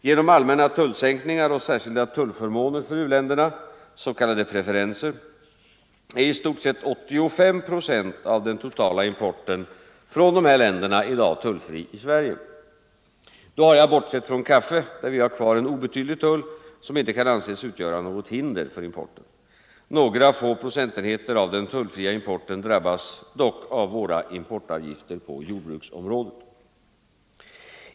Genom allmänna tullsänkningar och särskilda tullförmåner för u-länderna, s.k. preferenser, är i stort sett 85 procent av den totala importen från dessa länder i dag tullfri i Sverige. Då har jag bortsett från kaffe, där vi har en obetydlig tull som inte kan anses utgöra något hinder för importen. Några få procentenheter av den tullfria importen drabbas dock av våra importavgifter på jordbruksområdet.